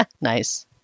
Nice